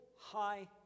high